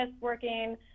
working